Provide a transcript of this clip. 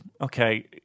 okay